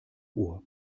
ohr